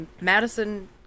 madison